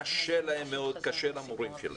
קשה להם מאוד, קשה למורים שלהם.